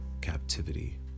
captivity